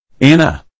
Anna